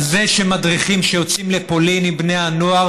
על זה שמדריכים שיוצאים לפולין עם בני הנוער